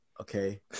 okay